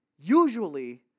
usually